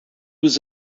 was